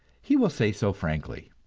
he will say so frankly.